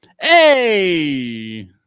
Hey